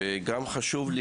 וגם חשוב לי,